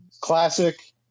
classic